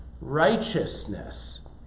righteousness